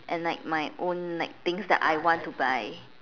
and like my own like things that I want to buy